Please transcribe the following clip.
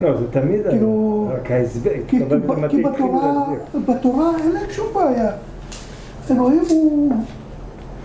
לא, זה תמיד... כאילו... כאילו... כי בתורה... בתורה אין להם שום בעיה. אלוהים הוא...